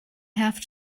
have